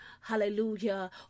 hallelujah